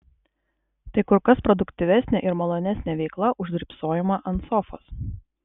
tai kur kas produktyvesnė ir malonesnė veikla už drybsojimą ant sofos